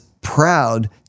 proud